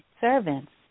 servants